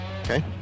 Okay